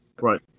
Right